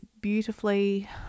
beautifully